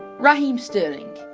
raheem sterling,